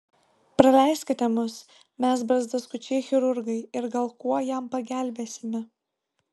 praleiskite mus mes barzdaskučiai chirurgai ir gal kuo jam pagelbėsime